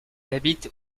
habite